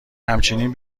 همچنین